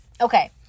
okay